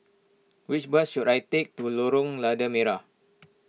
which bus should I take to Lorong Lada Merah